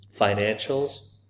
financials